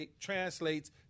translates